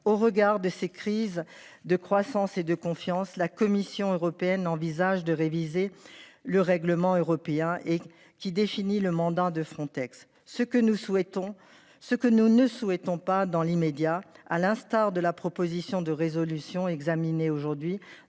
au regard de ces crises de croissance et de confiance. La Commission européenne envisage de réviser le règlement européen et qui défini le mandat de Frontex. Ce que nous souhaitons, ce que nous ne souhaitons pas dans l'immédiat. À l'instar de la proposition de résolution examiné aujourd'hui